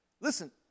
Listen